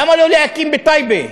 למה לא להקים בטייבה?